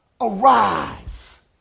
Arise